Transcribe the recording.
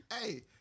Hey